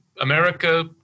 America